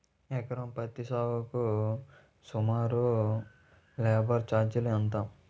ఎకరం పత్తి సాగుకు సుమారు లేబర్ ఛార్జ్ ఎంత?